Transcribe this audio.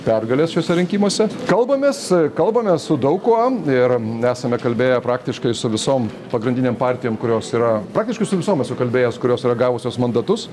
pergalės šiuose rinkimuose kalbamės kalbamės su daug kuo ir esame kalbėję praktiškai su visom pagrindinėm partijom kurios yra praktiškai su visom esu kalbėjęs kurios ragavusios mandatus